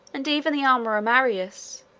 and even the armorer marius,